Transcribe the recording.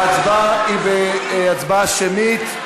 ההצבעה היא הצבעה שמית.